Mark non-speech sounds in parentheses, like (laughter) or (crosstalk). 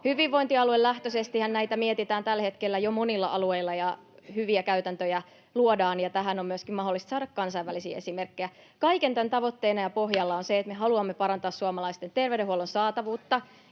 Hyvinvointialuelähtöisestihän näitä mietitään tällä hetkellä jo monilla alueilla, ja hyviä käytäntöjä luodaan, ja tähän on myöskin mahdollista saada kansainvälisiä esimerkkejä. (noise) Kaiken tämän tavoitteena ja pohjalla on se, että me haluamme parantaa suomalaisten terveydenhuollon saatavuutta